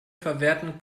verwerten